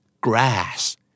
Grass